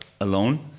alone